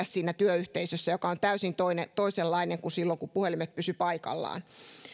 siinä työyhteisössä joka on täysin toisenlainen kuin silloin kun puhelimet pysyivät pakoillaan